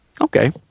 Okay